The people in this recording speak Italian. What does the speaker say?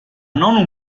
non